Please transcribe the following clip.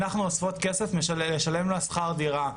אנחנו אוספות כסף לשלם לה שכר דירה,